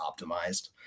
optimized